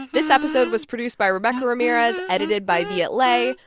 this episode was produced by rebecca ramirez, edited by viet le.